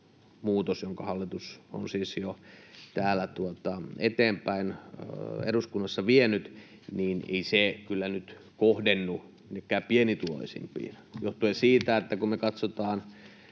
muutos, jonka hallitus on siis jo täällä eduskunnassa eteenpäin vienyt, ei kyllä nyt kohdennu minnekään pienituloisimpiin — johtuen siitä, että kun me katsotaan